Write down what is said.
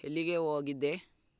ಎಲ್ಲಿಗೆ ಹೋಗಿದ್ದೆ